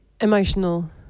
emotional